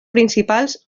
principals